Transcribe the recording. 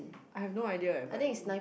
I have no idea eh but